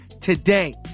today